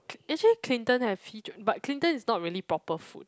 actually Clinton have he but Clinton is not really proper food